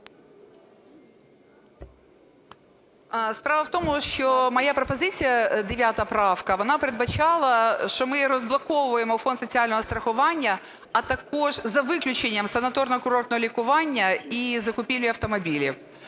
Справа в тому, що моя пропозиція, 9 правка, вона передбачала, що ми розблоковуємо Фонд соціального страхування, а також за виключенням санаторно-курортного лікування і закупівлі автомобілів.